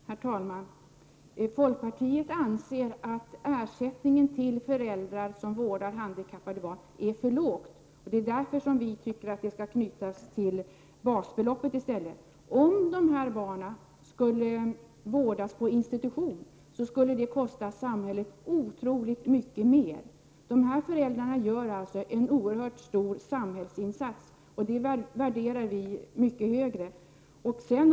Herr talman! Folkpartiet anser att ersättningen till föräldrar som vårdar handikappade barn är för låg, och det är därför som vi tycker att ersättningen skall knytas till basbeloppet. Om dessa barn skulle vårdas på institutioner skulle det kosta samhället otroligt mycket mer pengar. De här föräldrarna gör alltså en oerhört stor samhällsinsats, som vi värderar mycket högt.